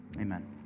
Amen